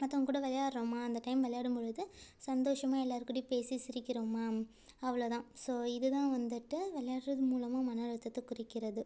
மத்தவங்க கூட விளையாட்றோமா அந்த டைம் விளையாடும்பொழுது சந்தோஷமாக எல்லாருக்கூடயும் பேசி சிரிக்கிறோமா அவ்வளோ தான் ஸோ இதுதான் வந்துட்டு விளையாட்றது மூலமாக மனஅழுத்தத்தை குறைக்கிறது